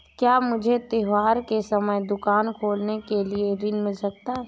क्या मुझे त्योहार के समय दुकान खोलने के लिए ऋण मिल सकता है?